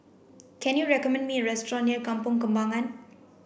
can you recommend me a restaurant near Kampong Kembangan